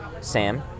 Sam